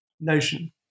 notion